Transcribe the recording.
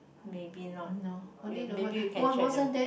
maybe not maybe you can check the